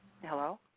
Hello